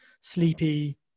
sleepy